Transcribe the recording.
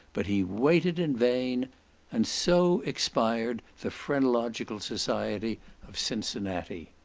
but he waited in vain and so expired the phrenological society of cincinnati.